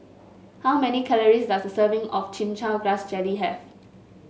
how many calories does a serving of Chin Chow Grass Jelly have